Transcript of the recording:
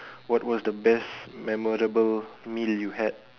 what was the best memorable meal you had